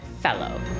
fellow